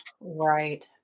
Right